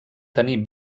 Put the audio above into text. tenir